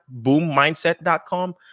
boommindset.com